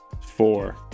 four